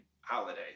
holiday